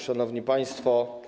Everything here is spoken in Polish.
Szanowni Państwo!